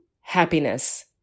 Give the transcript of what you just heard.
happiness